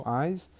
eyes